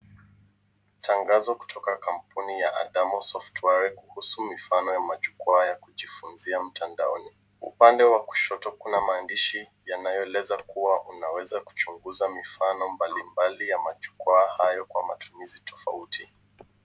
Tangazo kutoka kampuni ya Adamo Software kuhusu mfano ya jukua kujifunzia mtandaoni, upande wa kushoto kuna maandishi yanaoeleza kuwa unaweza kuchunguza mfano mbali mbali ya majukua hayo kwa matumizi tafauti.